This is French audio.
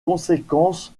conséquences